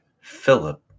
Philip